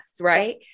Right